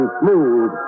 smooth